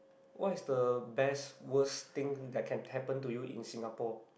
what is the best worst thing that can happen to you in Singapore